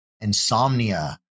insomnia